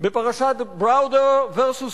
בפרשת Browder v.